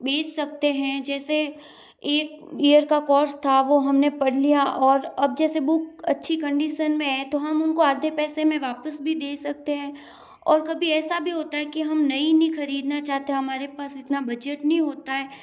बेच सकते हैं जैसे एक ईयर का कौर्स था वो हमने पढ़ लिया और अब जैसे बुक अच्छी कंडीसन में है तो हम उनको आधे पैसे में वापस भी दे सकते हैं और कभी ऐसा भी होता है कि हम नई नहीं खरीदना चाहते हैं हमारे पास इतना है की बजट नहीं होता है